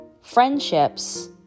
friendships